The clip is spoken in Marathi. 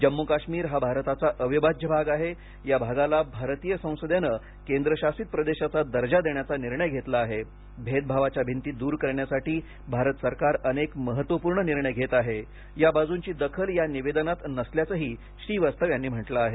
जम्मू काश्मीर हा आरताचा अविभाज्य भाग आहे या भागाला आरतिय संसदेने केंद्रशासित प्रदेशाचा दर्जा देण्याचा निर्णय घेतला आहे भेदभावाच्या भिंती दूर करण्यासाठी भारत सरकार अनेक महत्वपूर्ण निर्णय घेत आहे या बाजूंची दखल या निवेदनात नसल्याचंही श्रीवास्तव यांनी म्हटलं आहे